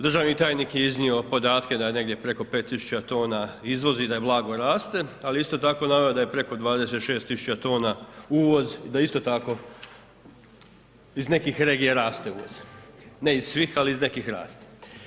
Državni tajnik je iznio podatke da je negdje preko 5000 tona izvozi, da je blago raste, ali isto tako je naveo da je preko 26000 tona uvoz i da isto tako iz nekih regija raste uvoz, ne iz svih, ali iz nekih raste.